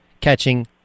catching